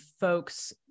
folks